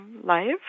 life